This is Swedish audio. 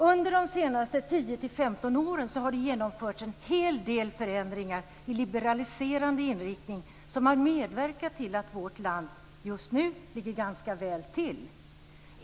Under de senaste 10-15 åren har det genomförts en hel del förändringar i liberaliserande riktning som medverkat till att vårt land just nu ligger ganska väl till.